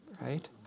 right